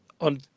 on